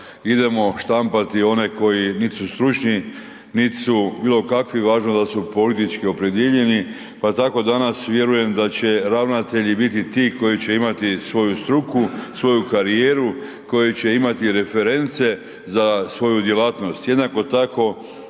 idemo štampati one koji nit su stručni, nit su bilokakvi, važno da su politički opredijeljeni pa tako danas vjerujem da će ravnatelji biti ti koji će imati svoju struku, svoju karijeru, koji će imati reference za svoju djelatnost. Jednako tako